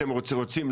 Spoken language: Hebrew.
אתם רוצים,